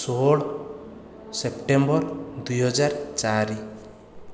ଷୋହଳ ସେପ୍ଟେମ୍ବର ଦୁଇ ହଜାର ଚାରି